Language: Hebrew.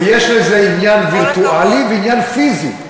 ויש לזה עניין וירטואלי ועניין פיזי.